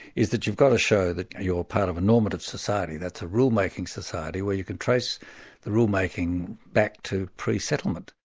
is that you've got to show that you're part of the normative society, that's a rule making society where you can trace the rule making back to pre-settlement.